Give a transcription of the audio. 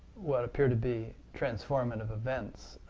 what appear to be transformative events,